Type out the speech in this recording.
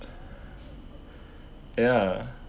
ya